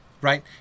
right